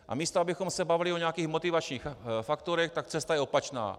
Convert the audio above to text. A místo abychom se bavili o nějakých motivačních faktorech, tak cesta je opačná.